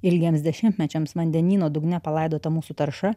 ilgiems dešimtmečiams vandenyno dugne palaidota mūsų tarša